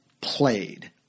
played